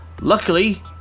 Luckily